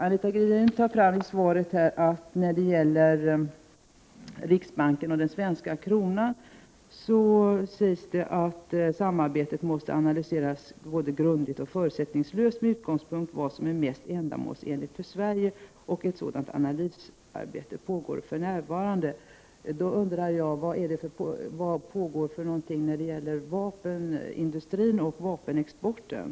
Anita Gradin säger i svaret när det gäller riksbanken och den svenska kronan att det monetära samarbetet måste analyseras både grundligt och förutsättningslöst med utgångspunkt från vad som är mest ändamålsenligt för Sverige och att ett sådant analysarbete för närvarande pågår. Då undrar jag: Vad pågår när det gäller vapenindustrin och vapenexporten?